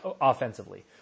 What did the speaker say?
Offensively